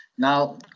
Now